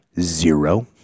Zero